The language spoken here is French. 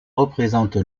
représente